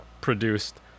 produced